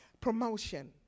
promotion